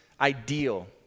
ideal